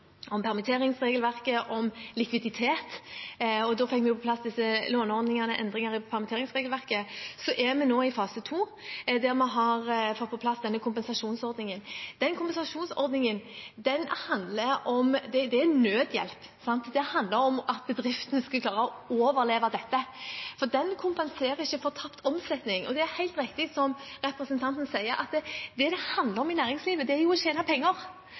permitteringsregelverket og om likviditet. Da fikk vi på plass disse låneordningene og endringene i permitteringsregelverket. Vi er nå i fase to, der vi har fått på plass denne kompensasjonsordningen. Kompensasjonsordningen er nødhjelp. Det handler om at bedriftene skal klare å overleve dette. Den kompenserer ikke for tapt omsetning, og det er helt riktig som representanten sier, at det det handler om i næringslivet, er å tjene penger. Det er jo